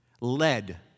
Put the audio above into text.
led